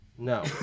No